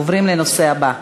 עוברים לנושא הבא.